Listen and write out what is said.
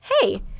hey